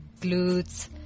glutes